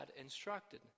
instructed